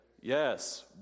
Yes